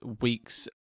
week's